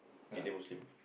Indian Muslim